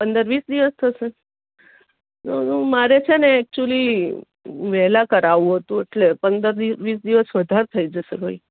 પંદર વીસ દિવસ થશે તો તો મારે છે ને એક્ચુલી વહેલાં કરાવવું હતું એટલે પંદર દિ વીસ દિવસ વધારે થઇ જશે ભાઈ